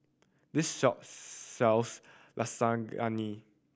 this shop sells Lasagna